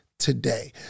Today